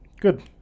Good